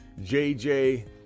JJ